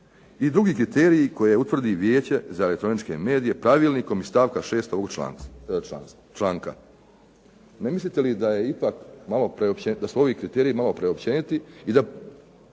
I drugi kriteriji koji utvrdi Vijeće za elektroničke medije, pravilnikom iz stavka 6. ovog članka". Ne mislite li da su ovi kriteriji malo preopćeniti i da